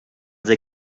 they